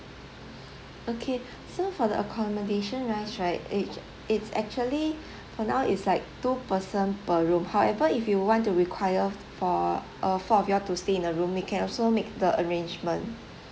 okay so for the accommodation wise right it's it's actually for now it's like two person per room however if you want to require for uh four of you all to stay in a room we can also make the arrangement